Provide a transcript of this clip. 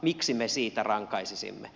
miksi me siitä rankaisisimme